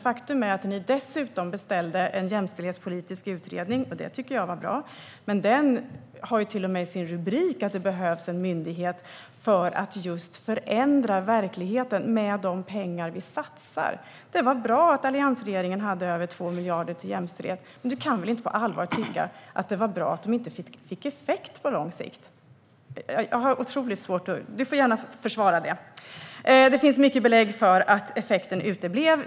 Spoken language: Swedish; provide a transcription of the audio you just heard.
Faktum är att ni dessutom beställde en jämställdhetspolitisk utredning. Det tycker jag var bra. Den har till och med i sin rubrik att det behövs en myndighet för att förändra verkligheten med de pengar vi satsar. Det var bra att alliansregeringen hade över 2 miljarder till jämställdhet, men du kan väl inte på allvar tycka att det var bra att de inte fick effekt på lång sikt, Erik Andersson? Jag har otroligt svårt att tro det. Du får gärna försvara det. Det finns många belägg för att effekten uteblev.